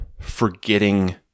forgetting